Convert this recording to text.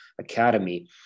Academy